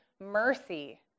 mercy